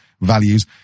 values